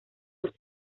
los